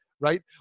right